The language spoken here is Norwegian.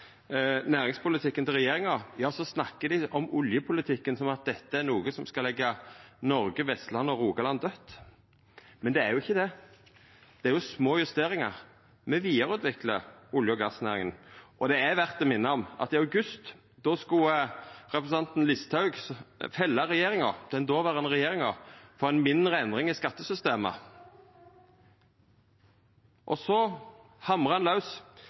næringspolitikken til regjeringa, at dei snakkar om oljepolitikken som at dette er noko som skal leggja Noreg, Vestland og Rogaland daudt. Men det er ikkje det. Det er små justeringar. Me vidareutviklar olje- og gassnæringa. Det er verdt å minna om at i august skulle representanten Listhaug fella den dåverande regjeringa på ei mindre endring i skattesystemet. Ein hamra laus heilt til Norsk olje og gass var ute og sa at kanskje ikkje den endringa er så